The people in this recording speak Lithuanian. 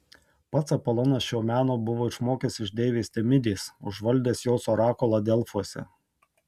pats apolonas šio meno buvo išmokęs iš deivės temidės užvaldęs jos orakulą delfuose